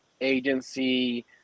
agency